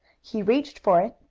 he reached for it,